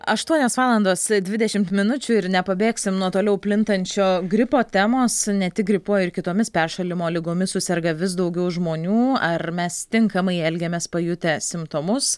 aštuonios valandos dvidešimt minučių ir nepabėgsim nuo toliau plintančio gripo temos ne tik gripu ir kitomis peršalimo ligomis suserga vis daugiau žmonių ar mes tinkamai elgiamės pajutę simptomus